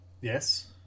Yes